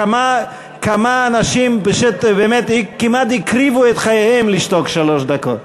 כמה אנשים כמעט הקריבו את חייהם כדי לשתוק שלוש דקות.